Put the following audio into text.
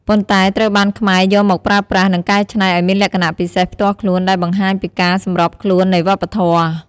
ប៉ុន្តែត្រូវបានខ្មែរយកមកប្រើប្រាស់ និងកែច្នៃឱ្យមានលក្ខណៈពិសេសផ្ទាល់ខ្លួន ដែលបង្ហាញពីការសម្របខ្លួននៃវប្បធម៌។